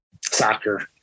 soccer